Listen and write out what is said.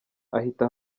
ahita